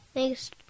Thanks